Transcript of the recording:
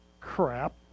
crap